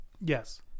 Yes